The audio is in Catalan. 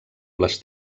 les